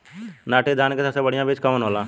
नाटी धान क सबसे बढ़िया बीज कवन होला?